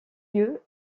lieu